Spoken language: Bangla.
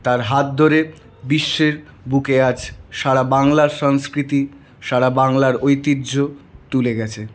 তার হাত ধরে বিশ্বের বুকে আজ সারা বাংলার সংস্কৃতি সারা বাংলার ঐতিহ্য তুলে গেছে